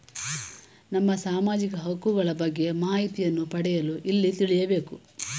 ನಮ್ಮ ಸಾಮಾಜಿಕ ಹಕ್ಕುಗಳ ಬಗ್ಗೆ ಮಾಹಿತಿಯನ್ನು ಪಡೆಯಲು ಎಲ್ಲಿ ತಿಳಿಯಬೇಕು?